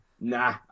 nah